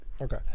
okay